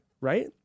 right